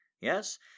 Yes